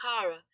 kara